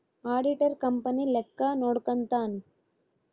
auditor company ಲೆಕ್ಕ ನೋಡ್ಕಂತಾನ್